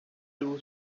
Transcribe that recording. two